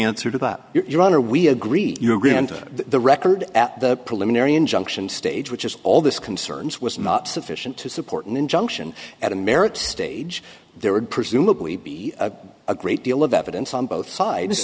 answer to that your honor we agree you're going into the record at the preliminary injunction stage which is all this concerns was not sufficient to support an injunction at a marriage stage there would presumably be a great deal of evidence on both sides